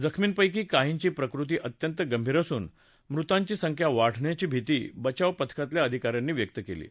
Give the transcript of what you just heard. जखमींपैकी काहींची प्रकृती अत्यंत गंभीर असून मृतांची संख्या वाढण्याची भिती बचाव पथकातल्या अधिका यांनी व्यक्त केली आहे